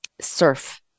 surf